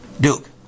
Duke